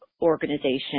organization